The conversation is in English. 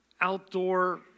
outdoor